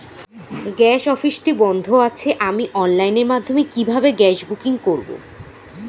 Gas অফিসটি বন্ধ আছে আমি অনলাইনের মাধ্যমে কিভাবে গ্যাস বুকিং করব?